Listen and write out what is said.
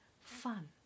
fun